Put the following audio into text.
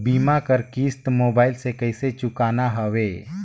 बीमा कर किस्त मोबाइल से कइसे चुकाना हवे